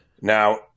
Now